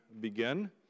begin